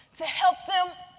to help them